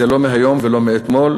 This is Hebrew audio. זה לא מהיום ולא מאתמול,